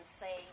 say